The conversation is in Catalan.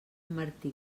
martí